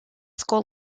school